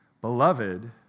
Beloved